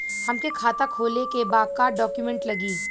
हमके खाता खोले के बा का डॉक्यूमेंट लगी?